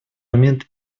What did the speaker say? момент